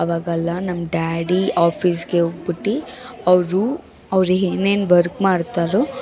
ಅವಾಗೆಲ್ಲ ನಮ್ಮ ಡ್ಯಾಡಿ ಆಫೀಸ್ಗೆ ಹೋಗ್ಬಿಟ್ಟು ಅವ್ರು ಅವ್ರಿಗೆ ಏನೇನು ವರ್ಕ್ ಮಾಡ್ತಾರೋ